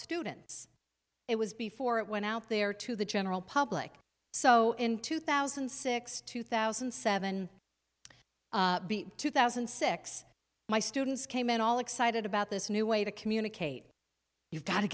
students it was before it went out there to the general public so in two thousand and six two thousand and seven two thousand and six my students came in all excited about this new way to communicate you've got to